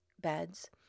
beds